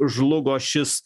žlugo šis